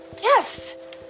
Yes